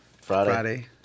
Friday